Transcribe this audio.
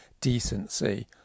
decency